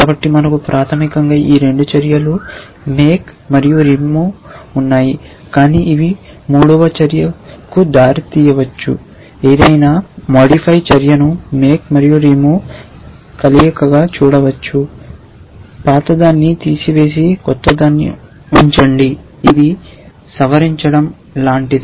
కాబట్టి మనకు ప్రాథమికంగా ఈ 2 చర్యలు మేక్ మరియు రిమూవ్ ఉన్నాయి కానీ ఇవి మూడవ చర్యకు దారితీయవచ్చు ఏదైనా మోడిఫై చర్యను మేక్ మరియు రిమూవ్ కలయికగా చూడవచ్చు పాత దాన్ని తీసివేసి క్రొత్తదాన్ని ఉంచండి ఇది సవరించడం లాంటిది